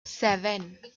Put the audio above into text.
seven